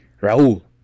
Raul